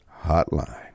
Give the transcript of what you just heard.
hotline